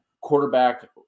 quarterback